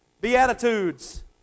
Beatitudes